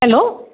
hello